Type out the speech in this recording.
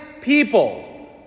people